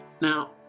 Now